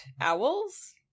owls